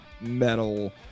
metal